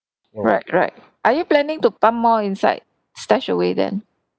right right are you planning to pump more inside stashaway then